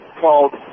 called